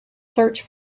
search